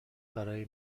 برای